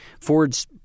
Ford's